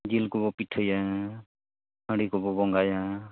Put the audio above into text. ᱡᱤᱞᱠᱚᱵᱚ ᱯᱤᱴᱷᱟᱹᱭᱟ ᱦᱟᱺᱰᱤᱠᱚᱵᱚ ᱵᱚᱸᱜᱟᱭᱟ